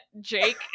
Jake